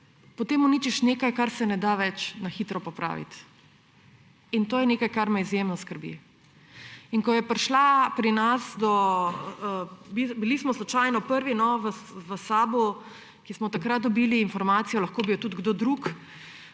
potem uničiš nekaj, česar se ne da več na hitro popraviti. To je nekaj, kar me izjemno skrbi. In ko je prišla do nas informacija – slučajno smo bili v SAB prvi, ki smo takrat dobili informacijo, lahko bi jo tudi kdo drug